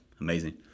Amazing